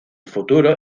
futuro